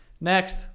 Next